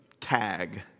tag